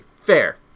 Fair